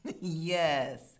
Yes